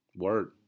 Word